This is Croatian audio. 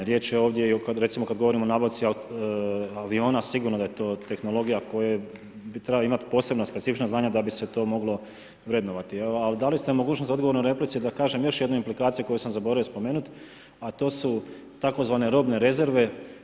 Riječ je ovdje i o kad recimo govorimo o nabavci aviona, sigurno da je to tehnologija koja bi trebalo imati posebna, specifična znanja da bi se to moglo vrednovati ali dali ste mi mogućnost u odgovoru na replici da kažem još jednu implikaciju koju sam zaboravio spomenuti a to su tzv. robne rezerve.